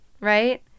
right